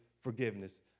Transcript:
forgiveness